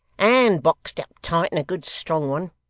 and boxed up tight, in a good strong one.